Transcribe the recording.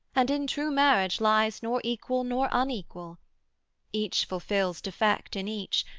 and in true marriage lies nor equal, nor unequal each fulfils defect in each,